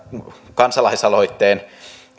kansalaisaloitteen